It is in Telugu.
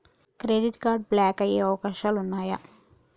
క్రెడిట్ కార్డ్ బ్లాక్ అయ్యే అవకాశాలు ఉన్నయా?